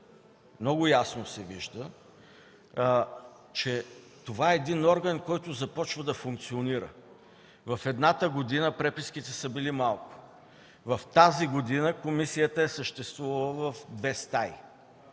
много ясно се вижда, че това е орган, който започва да функционира. В едната година преписките са били малко. В тази година комисията е съществувала в две стаи,